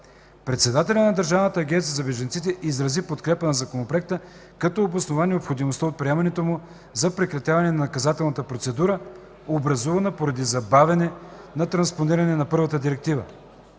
Председателят на Държавната агенция за бежанците изрази подкрепа на Законопроекта, като обоснова необходимостта от приемането му за прекратяване на наказателната процедура, образувана поради забавяне на транспонирането на първата Директива.